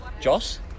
Joss